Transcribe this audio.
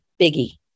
Biggie